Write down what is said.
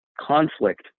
conflict